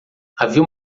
havia